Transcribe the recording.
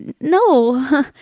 no